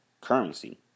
currency